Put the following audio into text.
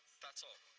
that's all.